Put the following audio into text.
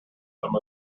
some